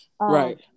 Right